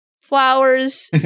flowers